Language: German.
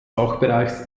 fachbereichs